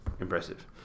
impressive